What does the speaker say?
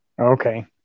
Okay